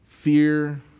Fear